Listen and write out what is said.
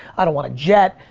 i don't want a jet.